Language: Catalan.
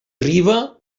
riba